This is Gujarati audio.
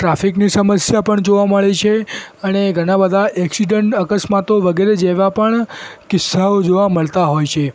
ટ્રાફિકની સમસ્યા પણ જોવા મળે છે અને ઘણા બધા ઍક્સિડન્ટ અકસ્માતો વગેરે જેવા પણ કિસ્સાઓ જોવા મળતા હોય છે